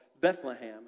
Bethlehem